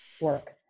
work